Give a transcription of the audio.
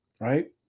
Right